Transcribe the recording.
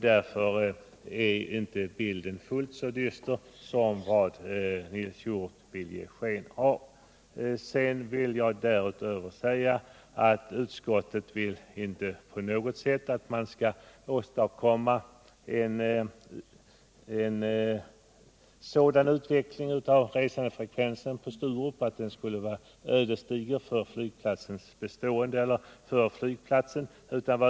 Därför är bilden inte fullt så dyster som Nils Hjorth vill ge sken av. Därutöver vill jag understryka att utskottet på allt sätt vill undvika en sådan utveckling av resandefrekvensen på Sturup att den vore ödesdiger för flygplatsen.